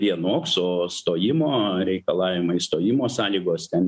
vienoks o stojimo reikalavimai stojimo sąlygos ten